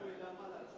איך הוא ידע מה להביא?